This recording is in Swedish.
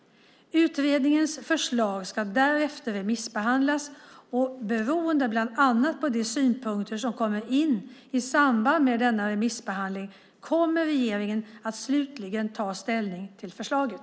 Utredningens förslag ska därefter remissbehandlas, och beroende bland annat på de synpunkter som kommer in i samband med denna remissbehandling kommer regeringen att slutligen ta ställning till förslaget.